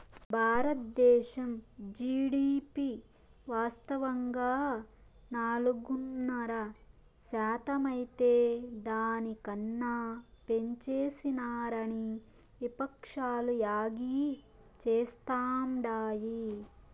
బారద్దేశం జీడీపి వాస్తవంగా నాలుగున్నర శాతమైతే దాని కన్నా పెంచేసినారని విపక్షాలు యాగీ చేస్తాండాయి